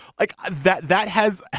like that that has. ah